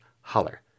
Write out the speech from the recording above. Holler